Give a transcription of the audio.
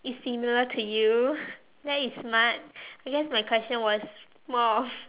is similar to you that is smart I guess my question was more of